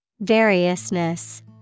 Variousness